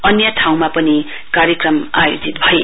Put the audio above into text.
अन्य ठाउँमा पनि कार्यक्रम आयोजित भए